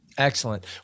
Excellent